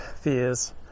fears